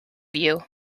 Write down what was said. you